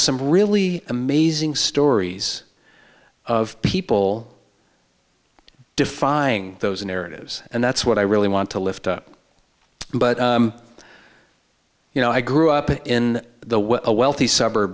some really amazing stories of people defying those narratives and that's what i really want to lift but you know i grew up in the well a wealthy suburb